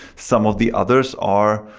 some of the others are,